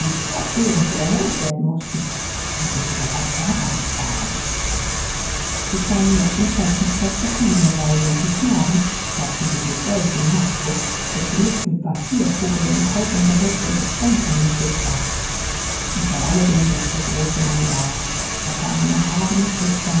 fortwährend wiederholt werden mußten und wie sie dabei ärgerlich waren die kleinen mädchen zeigten sich auf verschiedene weise und die knaben zeigten sich mit solchem nachdruck daß die luft mit papierkugeln und halb unterdrücktem gezänk angefüllt war und bei alledem saß der große mann da hatte ein erhabenes